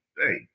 Hey